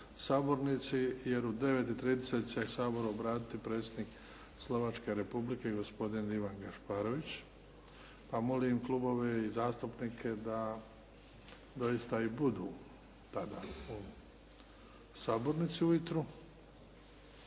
sabornici jer u 9 i 30 će se Saboru obratiti predsjednik Slovačke Republike gospodin Ivan Gašparović pa molim klubove i zastupnike da doista i budu tada u sabornici ujutro.